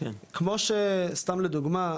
כמו שסתם לדוגמא,